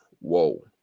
Whoa